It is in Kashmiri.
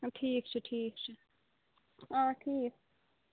ٹھیٖک چھُ ٹھیٖک چھُ اۭں ٹھیٖک